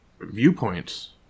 viewpoints